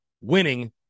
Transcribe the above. winning –